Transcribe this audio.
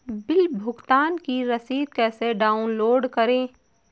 Bill भुगतान की रसीद कैसे डाउनलोड करें?